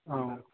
औ